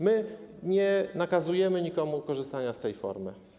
My nie nakazujemy nikomu korzystania z tej formy.